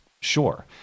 sure